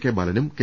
K ബാലനും K